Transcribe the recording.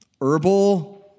herbal